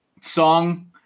Song